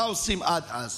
מה עושים עד אז?